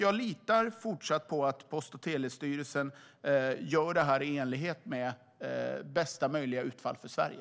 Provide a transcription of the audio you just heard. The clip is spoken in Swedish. Jag litar fortsatt på att Post och telestyrelsen gör det här i enlighet med bästa möjliga utfall för Sverige.